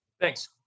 Thanks